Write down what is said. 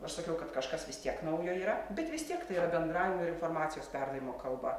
aš sakaiu kad kažkas vis tiek naujo yra bet vis tiek tai yra bendravimo ir informacijos perdavimo kalba